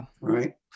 right